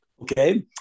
Okay